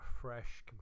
fresh